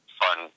fun